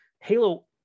Halo